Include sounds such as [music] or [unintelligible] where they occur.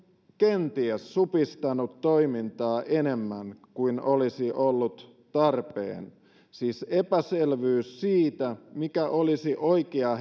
kenties supistanut toimintaa enemmän kuin olisi ollut tarpeen siis epäselvyys siitä mikä olisi oikea [unintelligible]